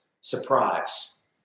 surprise